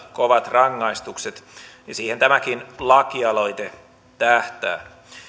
kovat rangaistukset ja siihen tämäkin lakialoite tähtää